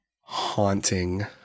haunting